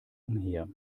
umher